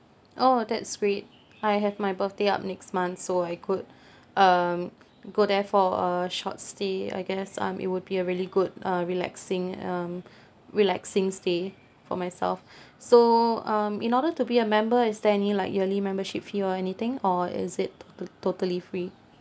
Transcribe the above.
oh that's great I have my birthday up next month so I could um go there for a short stay I guess um it would be a really good uh relaxing um relaxing stay for myself so um in order to be a member is there any like yearly membership fee or anything or is it totally totally free